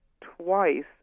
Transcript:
twice